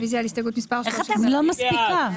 רוויזיה על הסתייגות מס' 21. מי בעד,